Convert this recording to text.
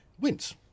wins